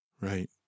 Right